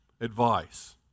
advice